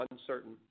uncertain